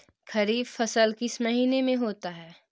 खरिफ फसल किस महीने में होते हैं?